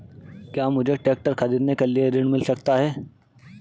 क्या मुझे ट्रैक्टर खरीदने के लिए ऋण मिल सकता है?